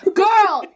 girl